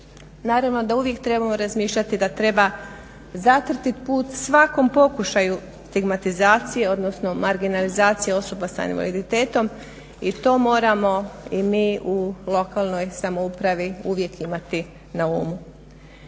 Naravno da uvijek trebamo razmišljati da treba zatrti put svakom pokušaju stigmatizacije odnosno marginalizacije osoba s invaliditetom i to moramo i mi u lokalnoj samoupravi uvijek imati na umu.